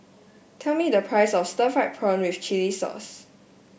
tell me the price of Stir Fried Prawn with Chili Sauce